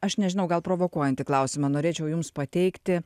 aš nežinau gal provokuojantį klausimą norėčiau jums pateikti